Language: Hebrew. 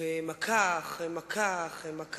ממשלה שקמה עם הרבה בלונים,